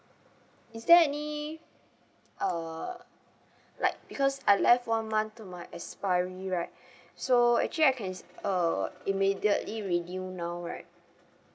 is there any uh like because I left one month to my expiry right so actually I can uh immediately renew now right